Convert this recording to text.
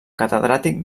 catedràtic